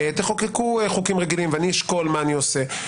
תחוקקו חוקים רגילים אבל אני אשקול מה אני עושה".